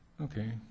Okay